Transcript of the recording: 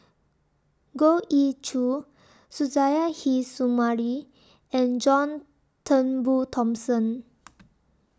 Goh Ee Choo Suzairhe Sumari and John Turnbull Thomson